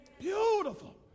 beautiful